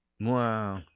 Wow